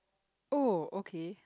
oh okay